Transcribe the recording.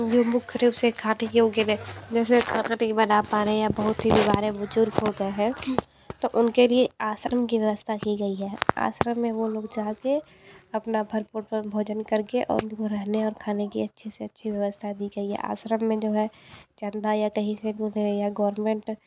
जो मुख्य रूप से खाते योग्य है जैसे खाती बना पा रहे हैं या बहुत ही बुजुर्ग होगे है तो उनके लिए आश्रम की व्यवस्था की गई है आश्रम में वो लोग जा के अपना भरपूर पर भोजन करके और रहने और खाने की अच्छी से अच्छी व्यवस्था दी गई है आश्रम में जो है चंदा या कहीं से भी उन्हें गोवर्मेंट